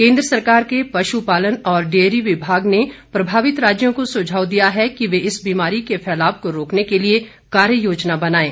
केन्द्र सरकार के पशु पालन और डेयरी विमाग ने प्रभावित राजयों को सुझाव दिया है कि वे इस बीमारी के फैलाव को रोकने के लिए कार्य योजना बनाएं